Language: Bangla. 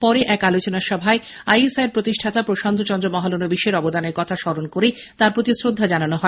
পরে এক আলোচনা সভায় আইএসআই এর প্রতিষ্ঠাতা প্রশান্ত চন্দ্র মহলানবীশের অবদানের কথা স্মরণ করে তাঁর প্রতি শ্রদ্ধা জানানো হয়